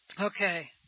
Okay